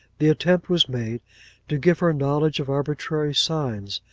the attempt was made to give her knowledge of arbitrary signs,